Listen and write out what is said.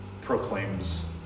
proclaims